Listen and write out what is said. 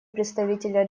представителя